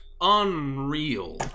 unreal